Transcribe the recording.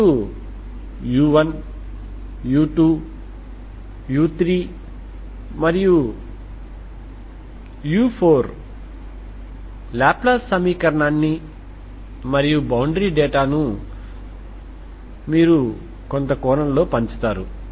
ఇప్పుడు u1 u2 u3 మరియు u4 Laplace సమీకరణాన్ని మరియు బౌండరీ డేటాను మీరు కొంత కోణంలో పంచుతాము